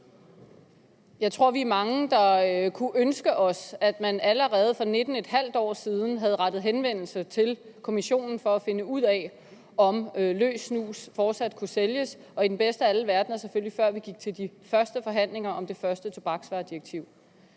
Jeg tror, vi er mange, der kunne ønske os, at man allerede for 19½ år siden havde rettet henvendelse til Kommissionen for at finde ud af, om løs snus fortsat kunne sælges – og i den bedste af alle verdener selvfølgelig, før vi gik til de første forhandlinger om det første tobaksvaredirektiv.